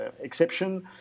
exception